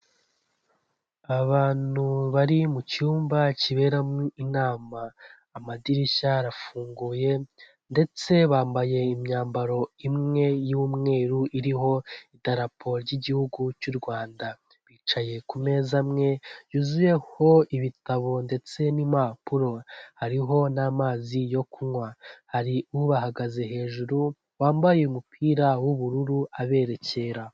Abantu bari mu cyumba kiberamo inama, amadirishya arafunguye, ndetse bambaye imyambaro imwe y'umweru iriho idarapo ry'igihugu cy'u Rwanda, bicaye ku meza amwe yuzuyeho ibitabo ndetse n'impapuro hariho n'amazi yo kunywa, hari ubahagaze hejuru wambaye umupira w'ubururu aberekera.